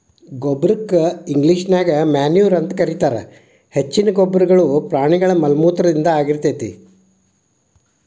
ಗೊಬ್ಬರಕ್ಕ ಇಂಗ್ಲೇಷನ್ಯಾಗ ಮೆನ್ಯೂರ್ ಅಂತ ಕರೇತಾರ, ಹೆಚ್ಚಿನ ಗೊಬ್ಬರಗಳು ಪ್ರಾಣಿಗಳ ಮಲಮೂತ್ರದಿಂದ ಆಗಿರ್ತೇತಿ